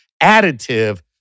additive